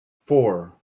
four